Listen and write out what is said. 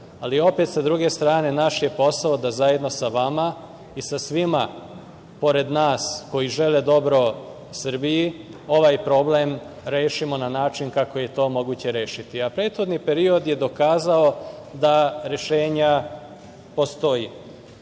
ali opet, s druge strane, naš je posao da, zajedno sa vama i sa svima pored nas koji žele dobro Srbiji, ovaj problem rešimo na način kako je to moguće rešiti. Prethodni period je dokazao da rešenje postoji.